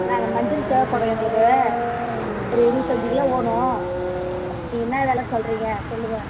நாங்கள் மஞ்சள் தேவைப்படும் எங்களுக்கு ஒரு இருபத்தஞ்சி கிலோ வேணும் நீங்கள் என்ன வெலை சொல்கிறிங்க சொல்லுங்கள்